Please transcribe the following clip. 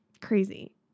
Crazy